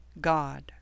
God